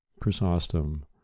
chrysostom